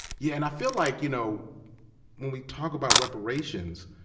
yeah and i feel like you know when we talk about reparations,